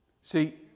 See